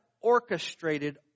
orchestrated